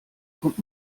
kommt